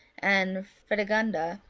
and fredigunda,